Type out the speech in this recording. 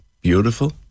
Beautiful